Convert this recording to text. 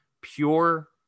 pure